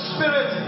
Spirit